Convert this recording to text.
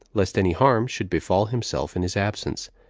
lest any harm should befall himself in his absence.